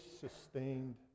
sustained